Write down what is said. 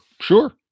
Sure